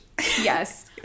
Yes